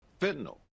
fentanyl